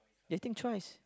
they think twice